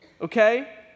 okay